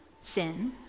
sin